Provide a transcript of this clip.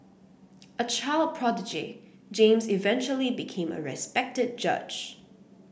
a child prodigy James eventually became a respected judge